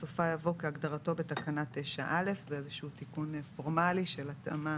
בסופה יבוא "כהגדרתו בתקנה 9א". זה איזשהו תיקון פורמלי של התאמה